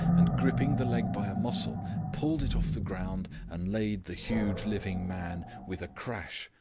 and gripping the leg by a muscle pulled it off the ground and laid the huge living man, with a crash,